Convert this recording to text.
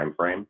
timeframe